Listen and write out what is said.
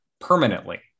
permanently